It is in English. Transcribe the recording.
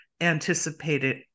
anticipated